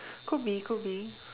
could be could be